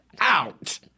out